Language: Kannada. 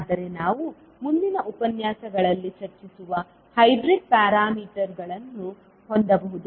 ಆದರೆ ನಾವು ಮುಂದಿನ ಉಪನ್ಯಾಸಗಳಲ್ಲಿ ಚರ್ಚಿಸುವ ಹೈಬ್ರಿಡ್ ಪ್ಯಾರಾಮೀಟರ್ಗಳನ್ನು ಹೊಂದಬಹುದು